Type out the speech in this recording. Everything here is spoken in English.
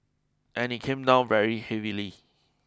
and it came down very heavily